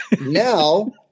Now